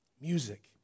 Music